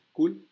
Cool